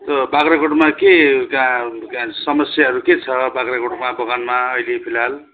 यो बाख्राकोटमा के गा गा समस्याहरू के छ बाख्राकोटमा बगानमा अहिले फिलहाल